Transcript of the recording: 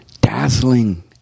dazzling